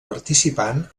participant